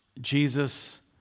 Jesus